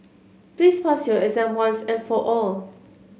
please pass your exam once and for all